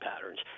patterns